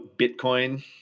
bitcoin